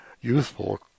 youthful